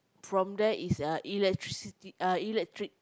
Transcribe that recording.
from there is uh electricity uh electric